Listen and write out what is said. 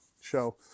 show